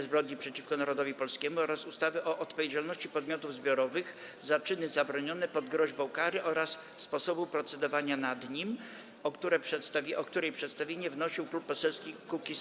Zbrodni przeciwko Narodowi Polskiemu oraz ustawy o odpowiedzialności podmiotów zbiorowych za czyny zabronione pod groźbą kary oraz sposobu procedowania nad nim, o której przedstawienie wnosił Klub Poselski Kukiz’15.